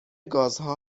گازها